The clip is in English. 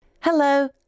Hello